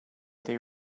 they